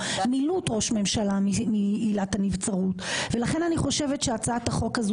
או מילוט ראש ממשלה מעילת הנבצרות ולכן אני חושבת שהצעת החוק הזאת